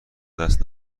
دست